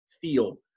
feel